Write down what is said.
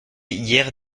hier